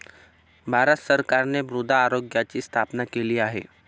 भारत सरकारने मृदा आरोग्याची स्थापना केली आहे